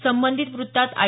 संबंधित वृत्तात आय